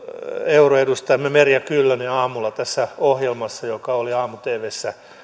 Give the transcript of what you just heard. euroedustajamme merja kyllönen aamulla tässä ohjelmassa joka oli aamu tvssä